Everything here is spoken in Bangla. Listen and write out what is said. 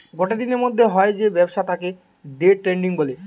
গটে দিনের মধ্যে হয় যে ব্যবসা তাকে দে ট্রেডিং বলে